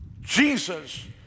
Jesus